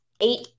eight